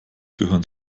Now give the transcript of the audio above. gehören